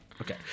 Okay